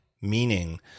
meaning